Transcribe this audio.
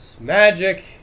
magic